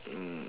mm